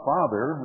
Father